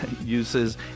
uses